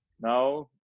now